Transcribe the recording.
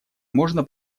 можно